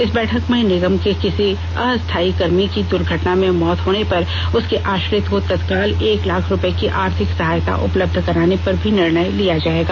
इस बैठक में निगम के किसी अस्थायी कर्मी की दुर्घटना में मौत होने पर उसके आश्रित को तत्काल एक लाख रुपए की आर्थिक सहायता उपलब्ध कराने पर भी निर्णय लिया जाएगा